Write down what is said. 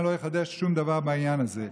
אני לא אחדש שום דבר בעניין הזה,